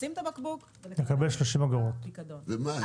לשים את הבקבוק ולקבל את הפיקדון חזרה.